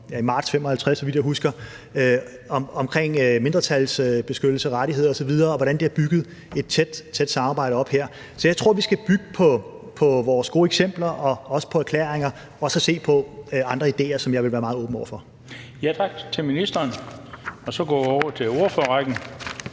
i marts 1955, så vidt jeg husker – om mindretalsbeskyttelse, rettigheder osv. – og hvordan der er bygget et tæt, tæt samarbejde op der. Så jeg tror, vi skal bygge på vores gode eksempler og også på erklæringer og så se på andre idéer, som jeg vil være meget åben over for. Kl. 17:19 Den fg. formand (Bent Bøgsted):